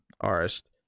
artist